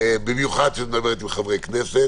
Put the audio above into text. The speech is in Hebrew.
במיוחד כשאת מדברת עם חברי כנסת